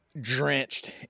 drenched